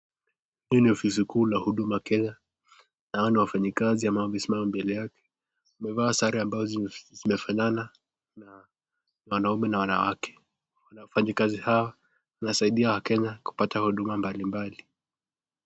Hii ni ofisi kuu la huduma Kenya, hao ni wafanyikazi ambao wamesimama mbele yake, wamevaa sare ambao zimefanana na wanaume na wanawake, wanafanyikazi hawa wanasaidia wakenya kupata huduma mbali mbali.